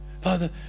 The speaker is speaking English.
Father